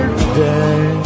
today